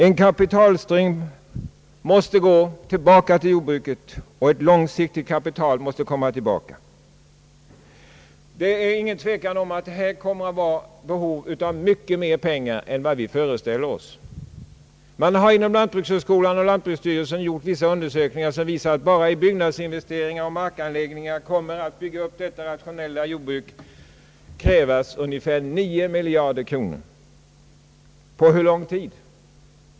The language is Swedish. En kapitalström måste gå tillbaka till jordbruket och ett långsiktigt kapital få arbeta. Det är ingen tvekan om att här kommer att finnas behov av mycket mera pengar än vad vi föreställer oss. Man har inom lantbrukshögskolan och lantbruksstyrelsen gjort vissa undersökningar som visar att enbart i byggnadsinvesteringar och markanläggningar kommer för att bygga upp detta rationella jordbruk att krävas ungefär nio miljarder kronor. På hur lång tid?